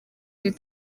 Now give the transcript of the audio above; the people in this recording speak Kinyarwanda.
iri